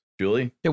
Julie